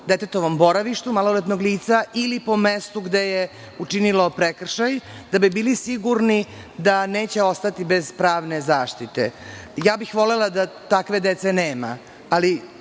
detetovom boravištu, maloletnog lica, ili po mestu gde je učinilo prekršaj, da bi bili sigurni da neće ostati bez pravne zaštite. Volela bih da takve dece nema, ali